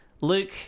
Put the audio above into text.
luke